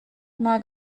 mag